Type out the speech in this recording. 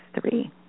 three